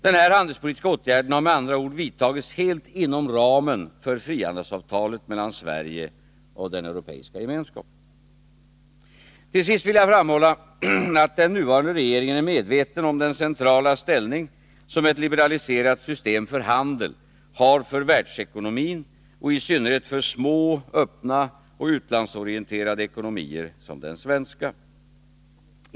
Denna handelspolitiska åtgärd har med andra ord vidtagits helt inom ramen för frihandelsavtalet mellan Sverige och den europeiska gemenskapen. Till sist vill jag framhålla att den nuvarande regeringen är medveten om den centrala ställning som ett liberaliserat system för handel har för världsekonomin och i synnerhet för små, öppna och utlandsorienterade ekonomier som den svenska.